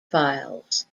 files